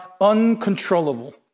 uncontrollable